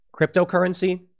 Cryptocurrency